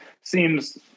seems